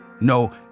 No